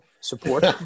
support